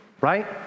right